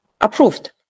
approved